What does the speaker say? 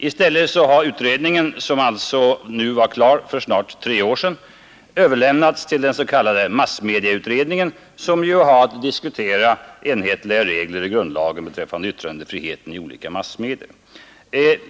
I stället har utredningen, som var klar för snart tre år sedan, överlämnats till den s.k. massmedieutredningen, som ju har att diskutera enhetliga regler i grundlagen beträffande yttrandefriheten i olika massmedia.